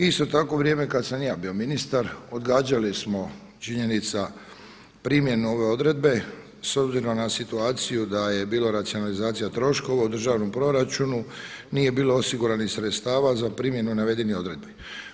Isto tako u vrijeme kada sam ja bio ministar odgađali smo činjenica primjenu ove odredbe s obzirom na situaciju da je bila racionalizacija troškova u državnom proračunu nije bilo osiguranih sredstava za primjenu navedenih odredbi.